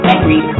Angry